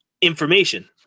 Information